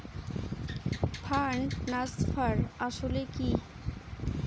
Fund transfer আসলে কী?